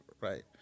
right